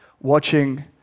watching